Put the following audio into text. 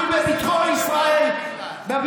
אני רק רוצה להגיד משפט אחרון,